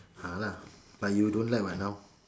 !hanna! but you don't like what now